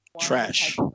trash